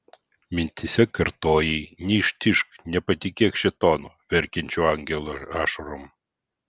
mintyse kartojai neištižk nepatikėk šėtonu verkiančiu angelo ašarom